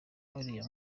uriya